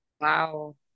wow